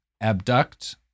abduct